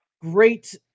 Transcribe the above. great